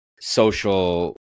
social